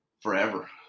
forever